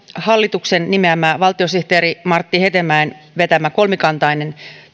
hallituksen nimeämä valtiosihteeri martti hetemäen vetämä kolmikantainen